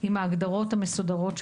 עם ההגדרות המסודרות שקיימות,